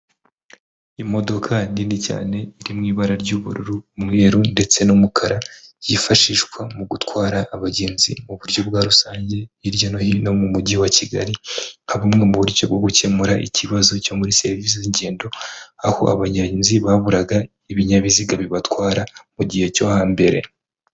Imodoka nini cyane iri mu ibara ry'ubururu, umweru ndetse n'umukara, yifashishwa mu gutwara abagenzi mu buryo bwa rusange hirya no hino mu mujyi wa Kigali nka bumwe mu buryo bwo gukemura ikibazo cyo muri serivisi z'ingendo, aho abagenzi baburaga ibinyabiziga bibatwara mu gihe cyo hambere.